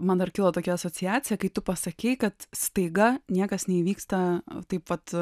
man dar kyla tokia asociacija kai tu pasakei kad staiga niekas neįvyksta taip pat